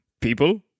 people